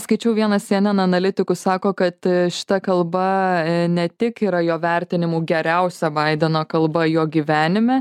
skaičiau vieną syenen analitikų sako kad šita kalba e ne tik yra jo vertinimu geriausia baideno kalba jo gyvenime